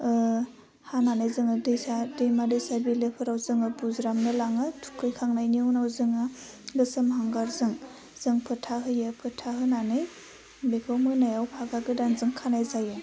हानानै जोङो दैसा दैमा दैसा बिलोफोराव जोङो बुज्रामनो लाङो थुखैखांनायनि उनाव जोङो गोसोम हांगारजों जों फोथा होयो फोथा होनानै बेखौ मोनायाव फागा गोदानजों खानाय जायो